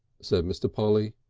said mr. polly.